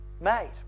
made